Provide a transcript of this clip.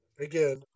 Again